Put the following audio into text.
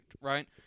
right